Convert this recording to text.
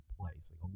place